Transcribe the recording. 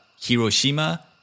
Hiroshima